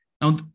Now